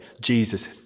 Jesus